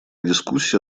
дискуссия